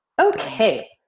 Okay